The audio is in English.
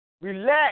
Relax